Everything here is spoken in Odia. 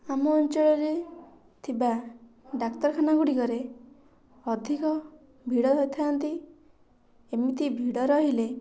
ଆମ ଅଞ୍ଚଳରେ ଥିବା ଡାକ୍ତରଖାନାଗୁଡ଼ିକରେ ଅଧିକ ଭିଡ଼ ହୋଇଥାଆନ୍ତି ଏମିତି ଭିଡ଼ ରହିଲେ